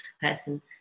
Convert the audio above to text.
person